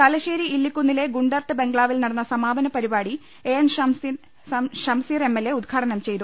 തലശ്ശേരി ഇല്ലിക്കുന്നിലെ ഗുണ്ടർട്ട് ബംഗ്ലാവിൽ നടന്ന സമാ പന പരിപാടി എ എൻ ഷംസീർ എംഎൽഎ ഉദ്ഘാടനം ചെയ്തു